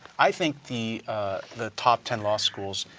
i think the the top ten law schools,